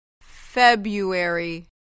February